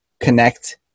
connect